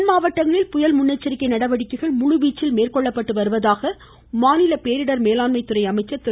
தென் மாவட்டங்களில் புயல் முன்னெச்சரிக்கை நடவடிக்கைகள் முழு வீச்சில் நடைபெற்று வருவதாக மாநில பேரிடர் மேலாண்மை துறை அமைச்சர் திரு